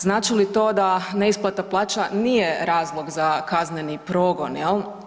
Znači li to da neisplata plaća nije razlog za kazneni progon jel?